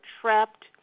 trapped